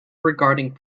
regarding